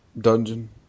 dungeon